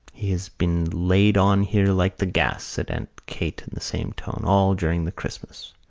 he has been laid on here like the gas, said aunt kate in the same tone, all during the christmas.